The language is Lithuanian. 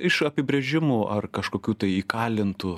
iš apibrėžimų ar kažkokių tai įkalintų